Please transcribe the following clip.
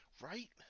Right